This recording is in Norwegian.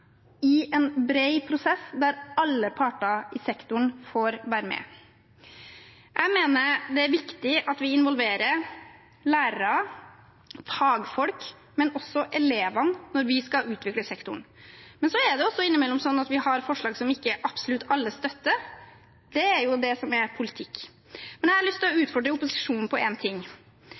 i en bred prosess der alle parter i sektoren får være med. Jeg mener det er viktig at vi involverer lærere og fagfolk, men også elevene når vi skal utvikle sektoren. Det er innimellom sånn at vi har forslag som ikke absolutt alle støtter. Det er det som er politikk. Jeg har lyst til å utfordre opposisjonen på én ting.